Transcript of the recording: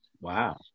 wow